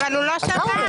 אבל הוא לא שמע.